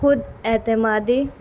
خود اعتمادی